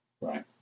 Right